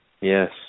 Yes